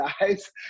guys